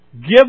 give